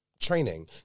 training